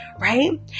right